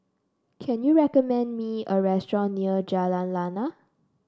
can you recommend me a restaurant near Jalan Lana